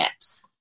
apps